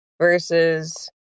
versus